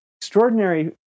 Extraordinary